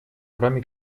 кроме